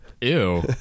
Ew